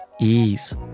ease